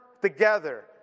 together